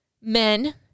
men